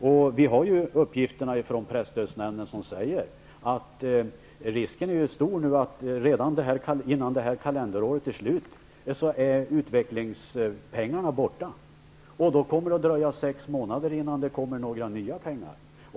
Vi har uppgifter från Presstödsnämnden som säger att risken nu är stor att utvecklingspengarna är borta redan innan detta kalenderår är slut. Då kommer det att dröja sex månader innan det kommer några nya pengar.